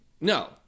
No